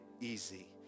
easy